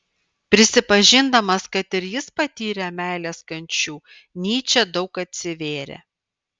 prisipažindamas kad ir jis patyrė meilės kančių nyčė daug atsivėrė